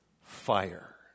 fire